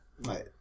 Right